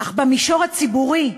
אך במישור הציבורי,